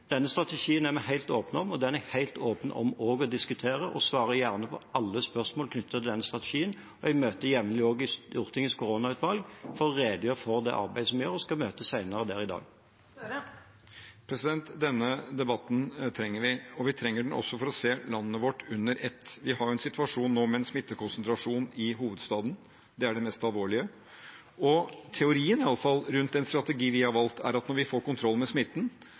Denne strategien er vi helt åpne om, og den er vi helt åpne for å diskutere. Jeg svarer gjerne på alle spørsmål knyttet til denne strategien, og jeg møter også jevnlig i Stortingets koronautvalg for å redegjøre for det arbeidet som vi gjør. Jeg skal møte der senere i dag. Jonas Gahr Støre – til oppfølgingsspørsmål. Denne debatten trenger vi. Vi trenger den også for å se landet vårt under ett. Vi har en situasjon nå med en smittekonsentrasjon i hovedstaden, det er det mest alvorlige. Iallfall teorien rundt den strategien vi har valgt, er at når vi får kontroll med smitten,